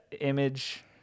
image